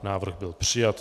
Návrh byl přijat.